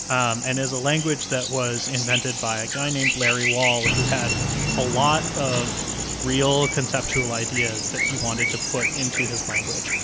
and is a language that was invented by a guy named larry wall who had a lot of real conceptual ideas that he wanted to put into his language.